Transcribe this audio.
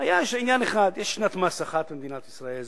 היה עניין אחד, יש שנת מס אחת במדינת ישראל.